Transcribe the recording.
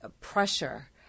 pressure